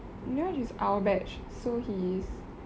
niraj is our batch so he is